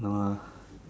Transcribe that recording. no ah